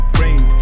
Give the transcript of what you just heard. rain